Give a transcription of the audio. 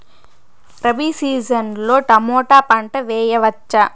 Rabi season లో tomato పంట వేయవచ్చా?